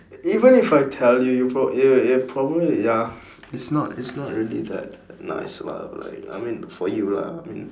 even if I tell you prob~ you you probably ya it's not it's not really that nice lah but like I mean for you lah I mean